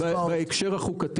בהקשר החוקתי